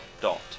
dot